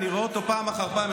אני רואה אותו פעם אחר פעם,